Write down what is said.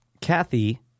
Kathy